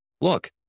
look